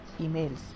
emails